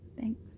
Thanks